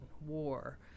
war